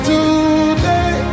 Today